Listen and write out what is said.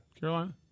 Carolina